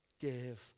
give